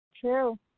True